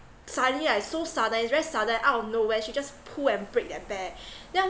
suddenly like so sudden it's very sudden out of nowhere she just pull and break that bear then